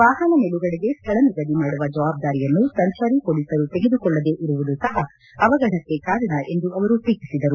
ವಾಹನ ನಿಲುಗಡೆಗೆ ಸ್ಥಳ ನಿಗದಿ ಮಾಡುವ ಜವಾಬ್ದಾರಿಯನ್ನು ಸಂಚಾರಿ ಪೊಲೀಸರು ತೆಗೆದುಕೊಳ್ಳದೇ ಇರುವುದು ಸಹ ಅವಘಡಕ್ಕೆ ಕಾರಣ ಎಂದು ಅವರು ಟೀಕಿಸಿದರು